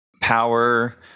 Power